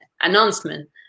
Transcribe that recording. announcement